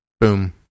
Boom